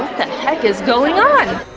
the heck is going on?